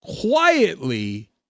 quietly